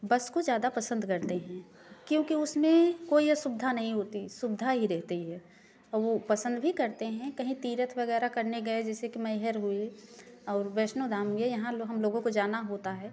बस को ज्यादा पसंद करते हैं क्योंकि उसमें कोई असुविधा नहीं होती सुविधा ही रहती है वो पसंद भी करते हैं कहीं तीरथ वगैरह करने गए जैसे कि मैहर हुई और वैष्णो धाम गए यहाँ लो हम लोगो को जाना होता है